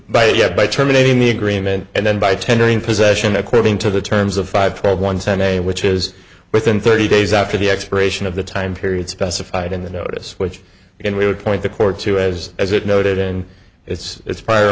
but yet by terminating the agreement and then by tendering possession according to the terms of five twelve one sunday which is within thirty days after the expiration of the time period specified in the notice which then we would point the court to as as it noted in its prior